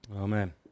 Amen